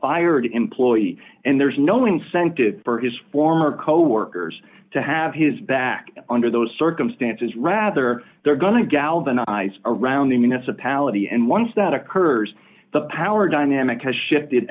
fired employee and there's no incentive for his former coworkers to have his back under those circumstances rather they're going to galvanize around the municipality and once that occurs the power dynamic has shifted